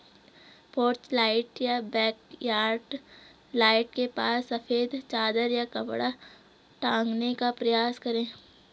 porch light या backyard light के पास सफेद चादर या कपड़ा टांगने का प्रयास करें